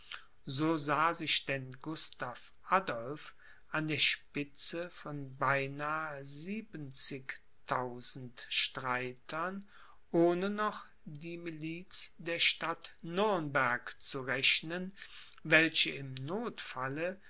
so sah sich denn gustav adolph an der spitze von beinahe siebenzigtausend streitern ohne noch die miliz der stadt nürnberg zu rechnen welche im nothfalle